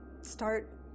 start